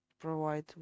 provide